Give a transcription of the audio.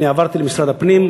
עברתי למשרד הפנים,